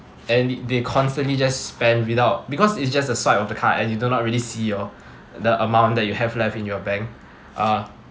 and they constantly just spend without because it's just a swipe of the card and you do not really see your the amount that you have left in your bank uh